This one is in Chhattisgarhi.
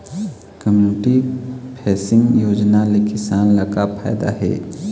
कम्यूनिटी फेसिंग योजना ले किसान ल का फायदा हे?